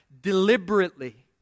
Deliberately